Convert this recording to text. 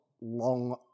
long